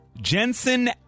Jensen